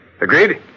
Agreed